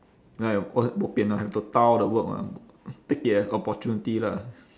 then I cause bo pian ah I have to ta all the work lah take it as opportunity lah